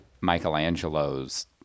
Michelangelo's